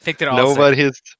Nobody's